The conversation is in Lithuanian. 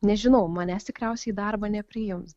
nežinau manęs tikriausiai į darbą nepriims